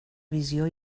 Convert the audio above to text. visió